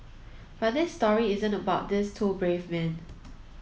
but this story isn't about these two brave men